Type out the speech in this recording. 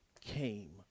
came